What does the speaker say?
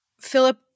Philip